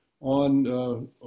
on